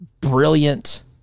Brilliant